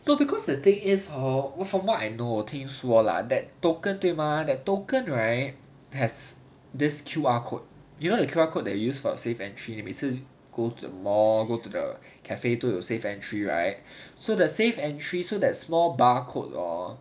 no because the thing is hor from what I know 我听说 lah that token 对吗 that token right has this Q_R code you know the Q_R code you used for safe entry go to the mall go to the cafe 都有 safe entry right so the safe entry so the small barcode hor